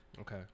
Okay